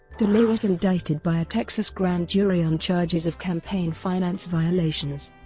delay was indicted by a texas grand jury on charges of campaign-finance violations.